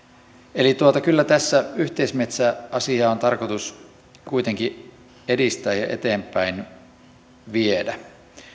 eli kyllä tässä yhteismetsäasiaa on tarkoitus kuitenkin edistää ja eteenpäin viedä